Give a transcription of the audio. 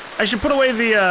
i should put away the, ah,